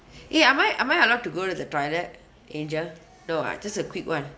ya am I am I allowed to go to the toilet angel no ah just a quick one